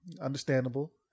Understandable